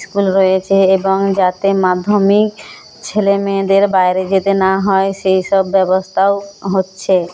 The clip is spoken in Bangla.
স্কুল রয়েছে এবং যাতে মাধ্যমিক ছেলেমেয়েদের বাইরে যেতে না হয় সেই সব ব্যবস্থাও হচ্ছে